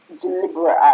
deliberate